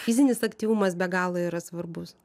fizinis aktyvumas be galo yra svarbus